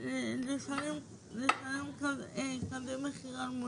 סביר לשלם כזה מחיר.